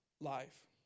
life